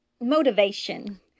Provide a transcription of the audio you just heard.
motivation